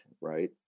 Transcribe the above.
right